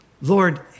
Lord